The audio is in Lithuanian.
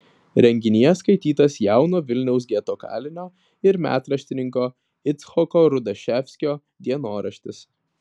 renginyje skaitytas jauno vilniaus geto kalinio ir metraštininko icchoko rudaševskio dienoraštis